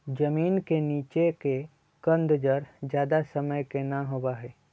जमीन के नीचे के कंद जड़ ज्यादा समय के ना होबा हई